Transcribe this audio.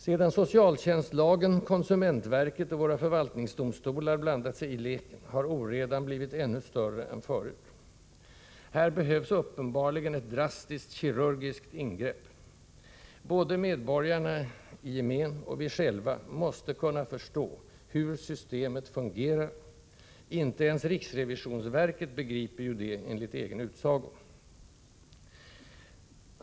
Sedan socialtjänstlagen, konsumentverket och våra förvaltningsdomstolar blandat sig i leken har oredan blivit ännu större än förut. Här behövs uppenbarligen ett drastiskt kirurgiskt ingrepp. Både medborgarna i gemen och vi själva måste kunna förstå hur systemet fungerar. Inte ens riksrevisionsverket begriper ju det, enligt egen utsago.